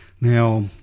Now